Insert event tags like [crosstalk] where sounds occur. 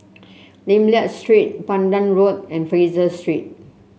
[noise] Lim Liak Street Pandan Road and Fraser Street